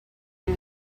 due